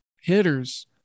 hitters